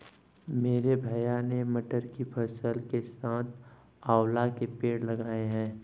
मेरे भैया ने मटर की फसल के साथ आंवला के पेड़ लगाए हैं